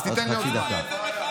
עוד חצי דקה.